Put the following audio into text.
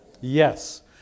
Yes